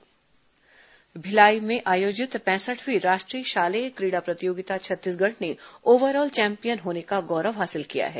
शालेय क्रीडा प्रतियोगिता भिलाई में आयोजित पैंसठवीं राष्ट्रीय शालेय क्रीडा प्रतियोगिता छत्तीसगढ़ ने ओवरऑल चैंपियन होने का गौरव हासिल किया है